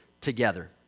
together